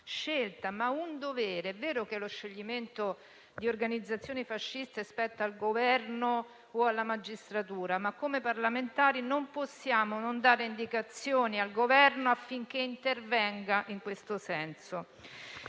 Forza Nuova. È vero che lo scioglimento di organizzazioni fasciste spetta al Governo o alla magistratura, ma come parlamentari non possiamo non dare indicazioni al Governo affinché intervenga in questo senso.